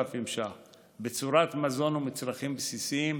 3,000 שקלים, בצורת מזון ומצרכים בסיסיים,